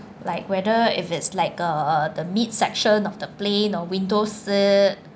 like whether if it's like uh the midsection of the plane or window seat